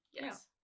Yes